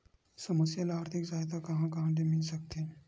समस्या ल आर्थिक सहायता कहां कहा ले मिल सकथे?